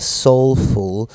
soulful